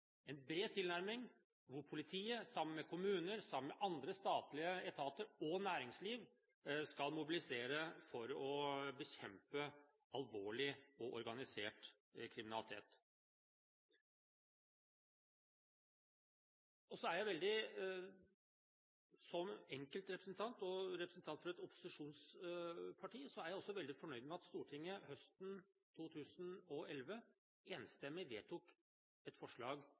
En bred tilnærming, hvor politiet sammen med kommuner, andre statlige etater og næringsliv, skal mobilisere for å bekjempe alvorlig og organisert kriminalitet. Så er jeg som enkeltrepresentant og representant for et opposisjonsparti veldig fornøyd med at Stortinget høsten 2011 enstemmig vedtok et forslag